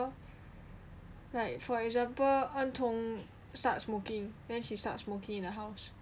like for example en tong start smoking then she start smoking in the house